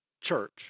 church